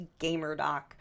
GamerDoc